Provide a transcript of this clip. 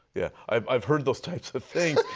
yeah, i've i've heard those types of things.